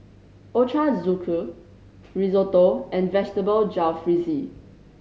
Ochazuke Risotto and Vegetable Jalfrezi